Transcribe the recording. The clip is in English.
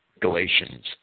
Galatians